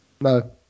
No